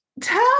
Tell